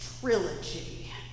trilogy